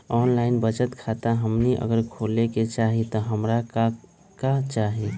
Online बचत खाता हमनी अगर खोले के चाहि त हमरा का का चाहि?